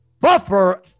Buffer